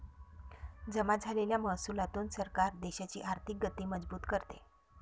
जमा झालेल्या महसुलातून सरकार देशाची आर्थिक गती मजबूत करते